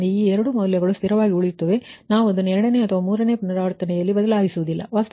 ಆದ್ದರಿಂದ ಈ 2 ಮೌಲ್ಯಗಳು ಸ್ಥಿರವಾಗಿ ಉಳಿಯುತ್ತವೆ ನಾವು ಅದನ್ನು ಎರಡನೇ ಅಥವಾ ಮೂರನೇ ಪುನರಾವರ್ತನೆಯಲ್ಲಿ ಬದಲಾಯಿಸುವುದಿಲ್ಲ